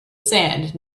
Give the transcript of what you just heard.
sand